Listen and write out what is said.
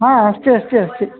हा अस्ति अस्ति अस्ति